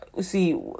see